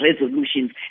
resolutions